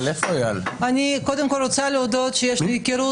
אני קודם כול רוצה להודות שיש לי היכרות